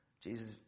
Jesus